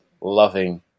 loving